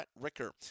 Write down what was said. Ricker